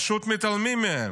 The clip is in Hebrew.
פשוט מתעלמים מהם,